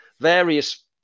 various